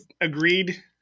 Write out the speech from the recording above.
agreed